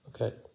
okay